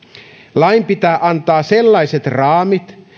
lain pitää antaa sellaiset raamit